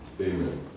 Amen